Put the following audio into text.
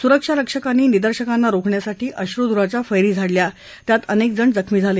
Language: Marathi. सुरक्षा रक्षकांनी निदर्शकांना रोखण्यासाठी अश्रुधुराच्या फैरी झाडल्या त्यात अनेकजण जखमी झाले